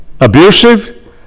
abusive